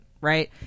Right